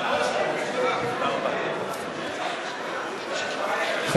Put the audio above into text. לשבת, גברתי.